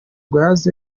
gaz